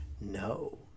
no